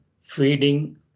feeding